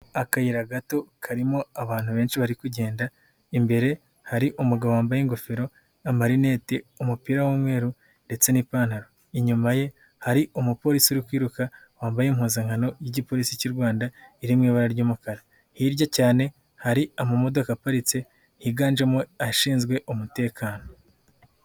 Akayira gato karimo abantu benshi bari kugenda, imbere hari umugabo wambaye ingofero, amarinete, umupira w'umweru ndetse n'ipantaro. Inyuma ye hari umupolisi uri kwiruka wambaye impuzankano y'Igipolisi cy'u Rwanda iri mu ibara ry'umukara, hirya cyane hari amamodoka aparitse higanjemo abashinzwe umutekano.